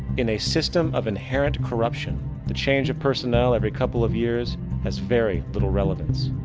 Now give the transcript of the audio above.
in a system of inherent corruption the change of personnel every couple of years has very little relevance.